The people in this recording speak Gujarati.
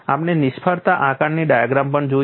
આપણે નિષ્ફળતા આકારણી ડાયાગ્રામ પણ જોઈ છે